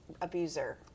abuser